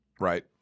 right